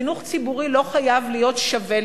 חינוך ציבורי לא חייב להיות שווה,